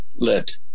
let